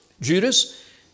Judas